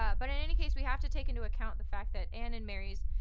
ah but in any case, we have to take into account the fact that anne and mary's,